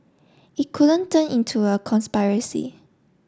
it couldn't turn into a conspiracy